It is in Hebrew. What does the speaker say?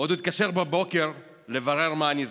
הוא עוד התקשר בבוקר לברר מה אני זוכרת.